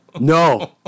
No